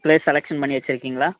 place selection பண்ணி வச்சுருக்கீங்களா